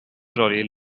trolley